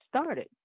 started